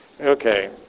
okay